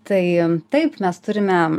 tai taip mes turime